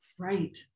Right